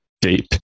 Deep